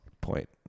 point